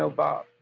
so bob,